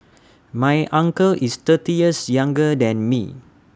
my uncle is thirty years younger than me